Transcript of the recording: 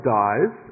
dies